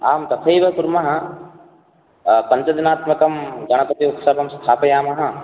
आं तथैव कुर्मः पञ्चदिनात्मकं गणपति उत्सवं स्थापयामः